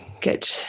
Good